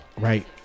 right